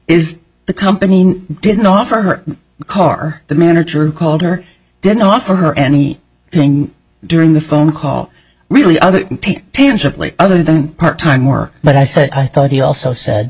is the company didn't offer her car the manager called her didn't offer her any thing during the phone call really other tangibly other than part time work but i said i thought he also said